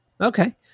Okay